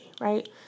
right